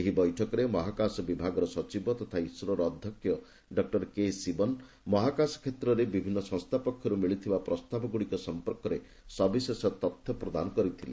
ଏହି ବୈଠକରେ ମହାକାଶ ବିଭାଗର ସଚିବ ତଥା ଇସ୍ରୋର ଅଧ୍ୟକ୍ଷ ଡକ୍ଟର କେ ଶିବନ୍ ମହାକାଶ କ୍ଷେତ୍ରରେ ବିଭିନ୍ନ ସଂସ୍ଥା ପକ୍ଷରୁ ମିଳିଥିବା ପ୍ରସ୍ତାବଗୁଡିକ ସମ୍ପର୍କରେ ସବିଶେଷ ତଥ୍ୟ ପ୍ରଦାନ କରିଥିଲେ